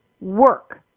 work